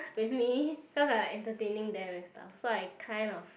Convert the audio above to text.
with me cause I'm entertaining them and stuffs so I kind of